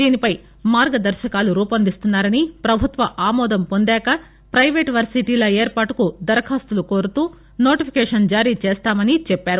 దీనిపై మార్గదర్శకాలు రూపొందిస్తున్నారని పభుత్వ ఆమోదం పొందాక పైవేటు వర్సిటీల ఏర్పాటుకు దరఖాస్తులు కోరుతూ నోటిఫీకేషన్ జారీచేస్తామని చెప్పారు